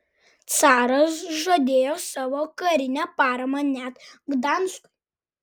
caras žadėjo savo karinę paramą net gdanskui